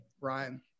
Ryan